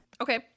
Okay